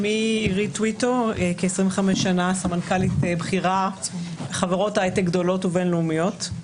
אני כ-25 שנה סמנכ"לית בכירה בחברות הייטק גדולות ובין-לאומית,